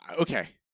Okay